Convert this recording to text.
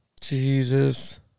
Jesus